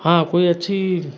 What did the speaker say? हाँ कोई अच्छी